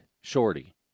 Shorty